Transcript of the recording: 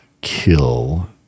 kill